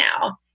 now